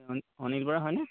অনি অনিল বৰা হয়নে